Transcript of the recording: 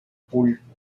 pulpo